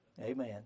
Amen